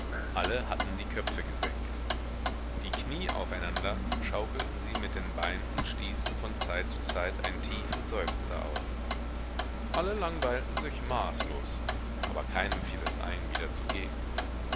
alle hatten die köpfe gesenkt die knie aufeinander schaukelten sie mit den beinen und stießen von zeit zu zeit einen tiefen seufzer aus alle langweilten sich maßlos aber keinem fiel es ein wieder zu gehen